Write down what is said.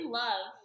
love